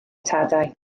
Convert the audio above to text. tadau